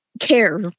care